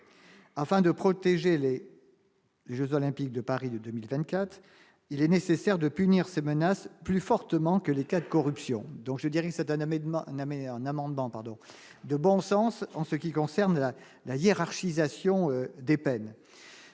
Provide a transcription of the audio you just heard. afin de protéger les Jeux olympiques de Paris 2024, il est nécessaire de punir ces menaces plus fortement que les. Cette corruption, donc je dirais cette année de mandat mais un amendement pardon de bon sens en ce qui concerne la la hiérarchisation des peines